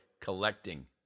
collecting